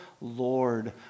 Lord